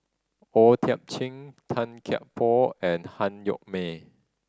O Thiam Chin Tan Kia Por and Han Yo May